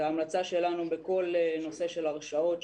ההמלצה שלנו בכל נושא של הרשעות,